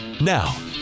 Now